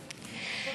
בבקשה.